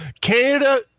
Canada